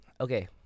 Okay